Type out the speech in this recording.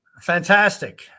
Fantastic